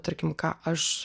tarkim ką aš